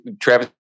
Travis